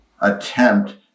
attempt